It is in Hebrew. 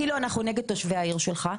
כאילו אנחנו נגד תושבי העיר שלך.